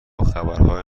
خبرهای